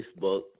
Facebook